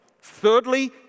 Thirdly